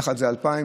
יחד זה 2,000,